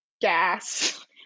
gas